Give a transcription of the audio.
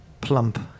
plump